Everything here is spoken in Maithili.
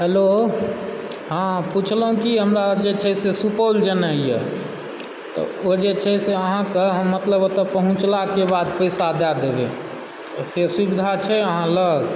हैलो हँ पुछलहुँ की हमरा आर जे छै से सुपौल जेनाइए तऽ ओ जे छै से अहाँकऽ हम मतलब ओतय पहुँचलाकऽ बाद पैसा दए देबय से सुविधा छै अहाँ लग